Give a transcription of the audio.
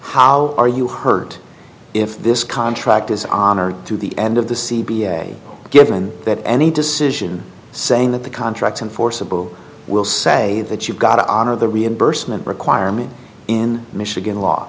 how are you heard if this contract is honored to the end of the c b s given that any decision saying that the contracts and forcible will say that you've got to honor the reimbursement requirement in michigan law